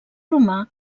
romà